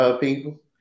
people